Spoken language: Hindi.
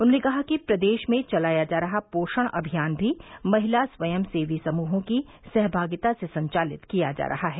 उन्होंने कहा कि प्रदेश में चलाया जा रहा पोषण अभियान भी महिला स्वयंसेवी समूहों की सहभागिता से संचालित किया जा रहा है